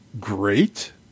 great